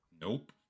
Nope